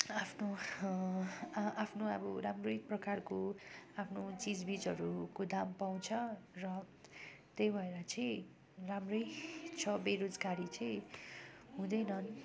आफ्नो आफ्नो अब राम्रै प्रकारको आफ्नो चिज बिजहरूको दाम पाउँछ र त्यही भएर चाहिँ राम्रै छ बेरोजगारी चाहिँ हुँदैनन्